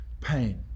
pain